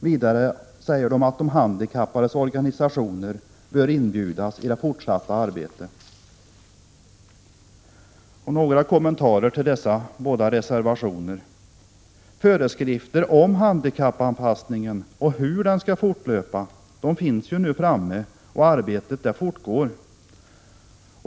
Vidare säger vpk att de handikappades organisationer bör inbjudas att delta i det fortsatta arbetet. Låt mig göra några kommentarer till dessa båda reservationer. Föreskrifter om handikappanpassningen och hur den skall fortlöpa finns nu framtagna, och arbetet fortgår.